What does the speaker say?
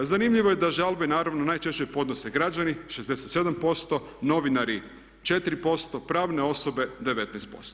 Zanimljivo je da žalbe naravno najčešće podnose građani, 67%, novinari 4%, pravne osobe 19%